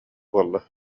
буолла